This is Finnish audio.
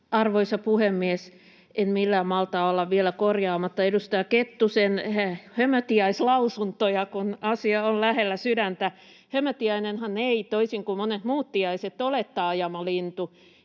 Arvoisa puhemies! En millään malta olla vielä korjaamatta edustaja Kettusen hömötiaislausuntoja, kun asia on lähellä sydäntä. Hömötiainenhan ei, toisin kuin monet muut tiaiset, ole taajamalintu,